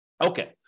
Okay